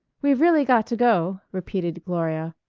we've really got to go, repeated gloria.